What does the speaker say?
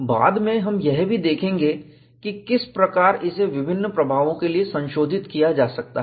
बाद में हम यह भी देखेंगे कि किस प्रकार इसे विभिन्न प्रभावों के लिए संशोधित किया जा सकता है